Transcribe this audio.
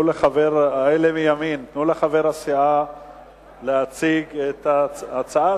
אלה מימין, תנו לחבר הסיעה להציג את ההצעה